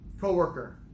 co-worker